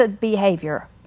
behavior